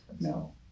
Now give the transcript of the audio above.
no